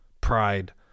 Pride